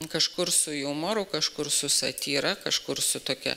kažkur su jumoru kažkur su satyra kažkur su tokia